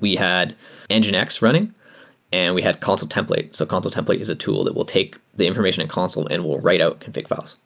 we had and nginx running and we had consul template. so consul template is a tool that will take the information in consul and we'll write out config files.